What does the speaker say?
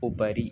उपरि